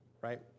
right